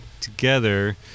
together